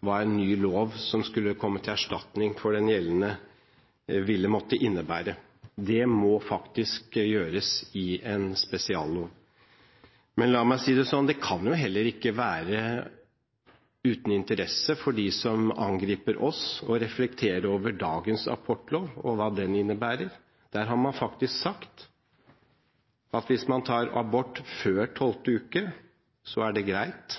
hva en ny lov som skulle komme til erstatning for den gjeldende, ville måtte innebære. Det må faktisk gjøres i en spesiallov. La meg si det sånn: Det kan heller ikke være uten interesse for dem som angriper oss, å reflektere over dagens abortlov og hva den innebærer. Der har man faktisk sagt at hvis man tar abort før 12. uke, er det greit,